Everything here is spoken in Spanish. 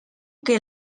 que